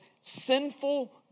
sinful